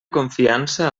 confiança